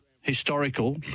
historical